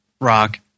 Rock